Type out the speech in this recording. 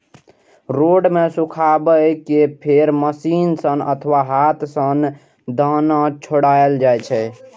रौद मे सुखा कें फेर मशीन सं अथवा हाथ सं दाना छोड़ायल जाइ छै